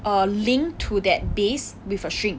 err linked to that base with a string